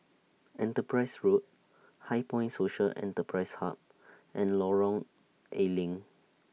Enterprise Road HighPoint Social Enterprise Hub and Lorong A Leng